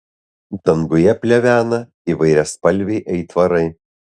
danguje plevena įvairiaspalviai aitvarai